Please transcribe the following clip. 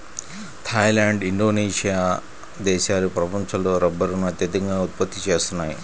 Thai land, Indonesia దేశాలు ప్రపంచంలో రబ్బరును అత్యధికంగా ఉత్పత్తి చేస్తున్నాయి